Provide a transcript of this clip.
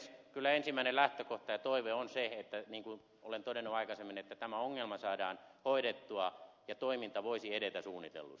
kyllä ensimmäinen lähtökohta ja toive on se niin kuin olen todennut aikaisemmin että tämä ongelma saadaan hoidettua ja toiminta voisi edetä suunnitellusti